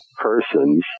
persons